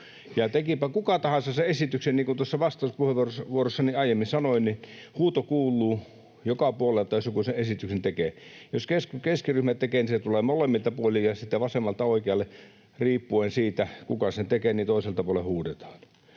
tekipä kuka tahansa sen esityksen, niin kuin tuossa vastauspuheenvuorossani aiemmin sanoin, niin huuto kuuluu joka puolelta, jos joku sen esityksen tekee. Jos keskiryhmä sen tekee, niin se tulee molemmilta puolin. Ja sitten vasen ja oikea: riippuen siitä, kuka sen tekee, toiselta puolen huudetaan.